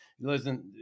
listen